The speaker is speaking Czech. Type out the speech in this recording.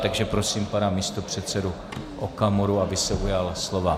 Takže prosím pana místopředsedu Okamuru, aby se ujal slova.